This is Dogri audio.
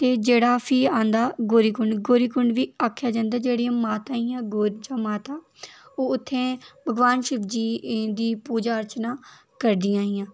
ते जेह्ड़ा फ्ही आंदा गौरीकुंड गौरीकुंड बी आक्खेआ जंदा जेह्ड़ियां माता हियां गौरची माता ओह् उत्थें भगवान शिवजी दी पूजा अर्चना करदियां हियां